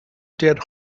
dead